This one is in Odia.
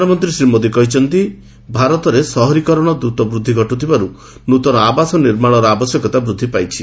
ପ୍ରଧାନମନ୍ତ୍ରୀ ଶ୍ରୀ ମୋଦି କହିଛନ୍ତି ଭାରତରେ ସହରୀକରଣର ଦ୍ରୁତ ବୃଦ୍ଧି ଘଟୁଥିବାରୁ ନୃତନ ଆବାସ ନିର୍ମାଣର ଆବଶ୍ୟକତା ବୃଦ୍ଧି ପାଇଛି